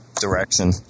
direction